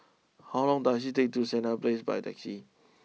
how long does it take to get to Senett place by taxi